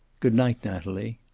good night, natalie.